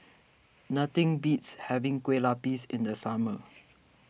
nothing beats having Lueh Lapis in the summer